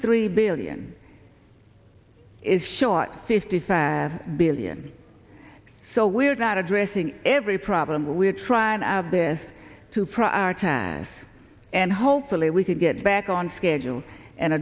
three billion is shot fifty fat billion so we're not addressing every problem but we're trying our best to prioritize and hopefully we can get back on schedule and